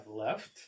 left